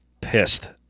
pissed